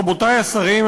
רבותי השרים,